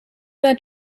that